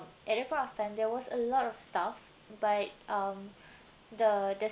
at that point of time there was a lot of stuff but um the the